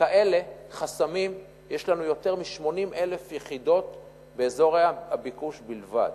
כאלה חסמים יש לנו ביותר מ-80,000 יחידות באזורי הביקוש בלבד.